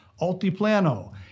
Altiplano